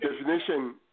definition